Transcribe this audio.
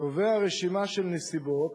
קובע רשימה של נסיבות